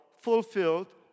fulfilled